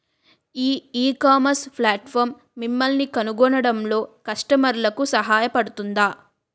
ఈ ecommerce platform మిమ్మల్ని కనుగొనడంలో కస్టమర్లకు సహాయపడుతుందా?